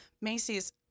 Macy's